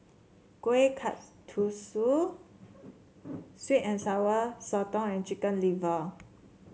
Kueh Kasturi sweet and Sour Sotong and Chicken Liver